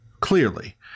clearly